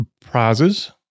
prizes